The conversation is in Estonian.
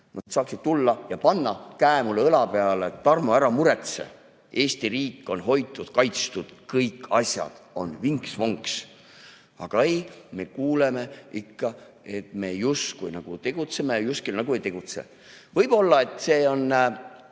saaksid tulla ja panna käe mulle õla peale, et [öelda]: Tarmo, ära muretse, Eesti riik on hoitud, kaitstud, kõik asjad on vinks-vonks. Aga ei, me kuuleme ikka, et me justkui nagu tegutseme ja justkui nagu ei tegutse. Võib-olla see on